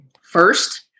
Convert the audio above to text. first